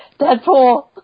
Deadpool